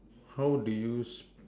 how do you s~